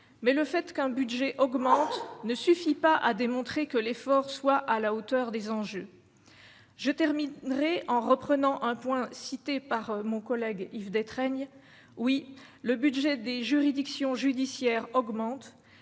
mais le fait qu'un budget augmente ne suffit pas à démontrer que l'effort soit à la hauteur des enjeux, je terminerai en reprenant un point cité par mon collègue Yves Détraigne oui, le budget des juridictions judiciaires augmente